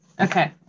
Okay